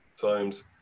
times